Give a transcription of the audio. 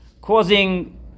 Causing